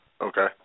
Okay